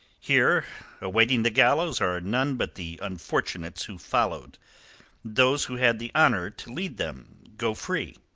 here awaiting the gallows are none but the unfortunates who followed those who had the honour to lead them go free.